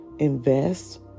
invest